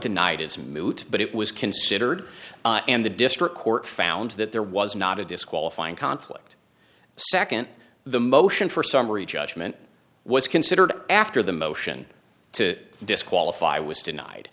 tonight is moot but it was considered and the district court found that there was not a disqualifying conflict second the motion for summary judgment was considered after the motion to disqualify was denied